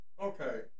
Okay